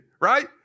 right